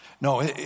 No